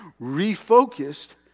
refocused